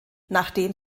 nachdem